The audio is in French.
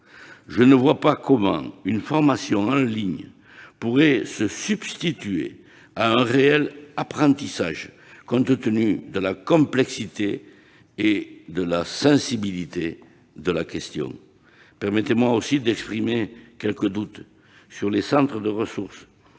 Je ne vois pas comment une formation en ligne pourrait se substituer à un réel apprentissage, compte tenu de la complexité et de la sensibilité de la question. Permettez-moi aussi d'exprimer quelques doutes sur les « centres ressources